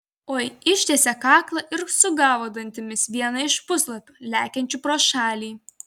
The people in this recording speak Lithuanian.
oi ištiesė kaklą ir sugavo dantimis vieną iš puslapių lekiančių pro šalį